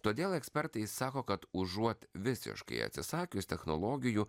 todėl ekspertai sako kad užuot visiškai atsisakius technologijų